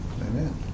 Amen